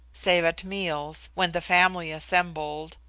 save at meals, when the family assembled,